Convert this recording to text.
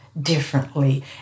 differently